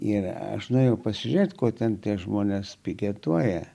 dieve aš nuėjau pasižiūrėti ko ten tie žmonės piketuoja